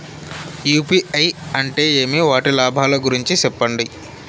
UPI అంటే ఏమి? వాటి లాభాల గురించి సెప్పండి?